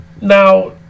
now